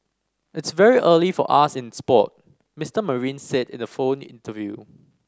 it's very early for us in sport Mister Marine said in a phone interview